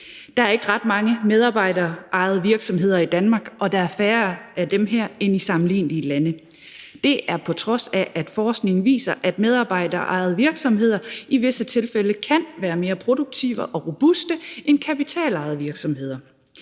Der er ikke ret mange medarbejderejede virksomheder i Danmark, og der er færre af dem end i sammenlignelige lande. Det er, på trods af at forskning viser, at medarbejderejede virksomheder i visse tilfælde kan være mere produktive og robuste end kapitalejede virksomheder.